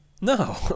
No